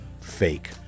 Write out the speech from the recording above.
fake